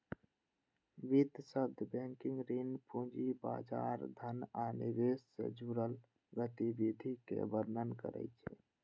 वित्त शब्द बैंकिंग, ऋण, पूंजी बाजार, धन आ निवेश सं जुड़ल गतिविधिक वर्णन करै छै